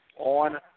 on